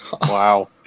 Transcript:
Wow